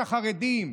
את החרדים.